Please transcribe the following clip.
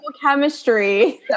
chemistry